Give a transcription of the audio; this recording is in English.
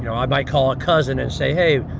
you know i might call a cousin and say, hey,